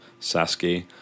Sasuke